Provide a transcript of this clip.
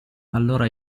allora